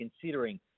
considering